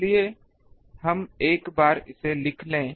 इसलिएहम एक बार इसे लिख लें